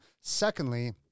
Secondly